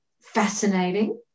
fascinating